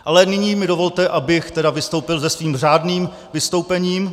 Ale nyní mi dovolte, abych vystoupil se svým řádným vystoupením.